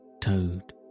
toad